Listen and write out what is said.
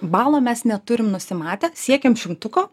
balo mes neturim nusimatę siekiam šimtuko